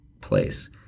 place